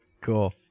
Cool